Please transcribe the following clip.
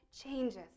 changes